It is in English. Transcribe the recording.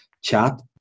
chat